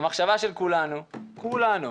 המחשבה של כולנו, כולנו,